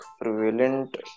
prevalent